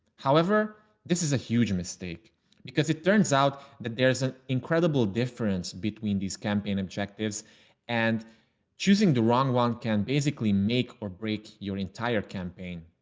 however, this is a huge mistake because it turns out that there is an incredible difference between these campaign objectives and choosing the wrong one can basically make or break your entire campaign.